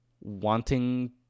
wanting